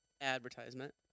advertisement